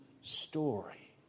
story